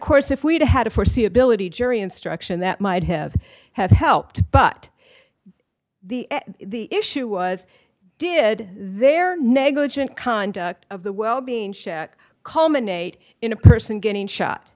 course if we'd had a foreseeability jury instruction that might have had helped but the issue was did their negligent conduct of the well being check culminate in a person getting shot